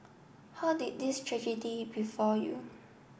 how did this tragedy befall you